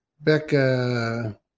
Becca